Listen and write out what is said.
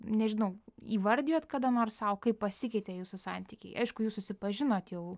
nežinau įvardijot kada nors sau kaip pasikeitė jūsų santykiai aišku jūs susipažinot jau